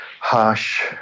harsh